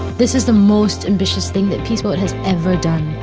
this is the most ambitious thing that peace boat has ever done.